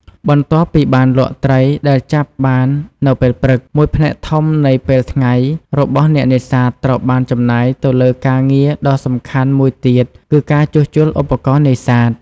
បន្ទាប់ពីបានលក់ត្រីដែលចាប់បាននៅពេលព្រឹក មួយផ្នែកធំនៃពេលថ្ងៃរបស់អ្នកនេសាទត្រូវបានចំណាយទៅលើការងារដ៏សំខាន់មួយទៀត គឺការជួសជុលឧបករណ៍នេសាទ។